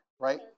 right